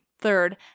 third